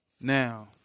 Now